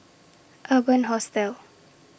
Urban Hostel